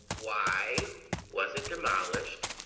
why was it demolished?